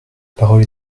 parole